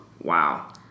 wow